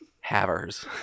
Havers